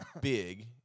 big